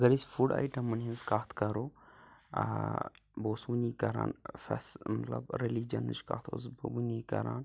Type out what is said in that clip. اگر أسۍ فُڈ آیٹمَن ہِنٛز کَتھ کَرو بہٕ اوسُس وٕنی کَران فٮ۪س مطلب ریٚلیٖجَنٕچ کَتھ اوسُس بہٕ وٕنی کَران